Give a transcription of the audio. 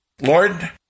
Lord